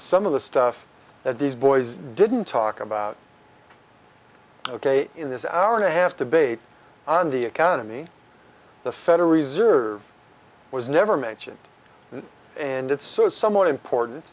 some of the stuff that these boys didn't talk about ok in this hour and a half debate on the economy the federal reserve was never mentioned and it's so someone important